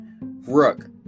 Rook